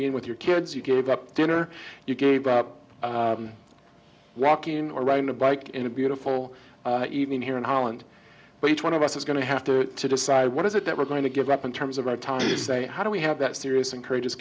being with your kids you gave up dinner you gave rocking or run a bike in a beautiful evening here in holland but each one of us is going to have to decide what is it that we're going to give up in terms of our time to say how do we have that serious encourages